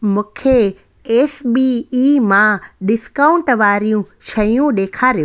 मूंखे S B E मां discount वारियूं शयूं ॾेखारियो